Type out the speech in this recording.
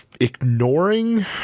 ignoring